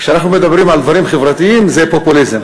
כשאנחנו מדברים על דברים חברתיים זה פופוליזם,